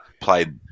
played